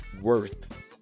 worth